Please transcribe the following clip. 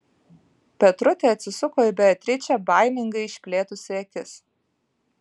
petrutė atsisuko į beatričę baimingai išplėtusi akis